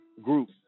group